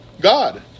God